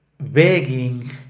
begging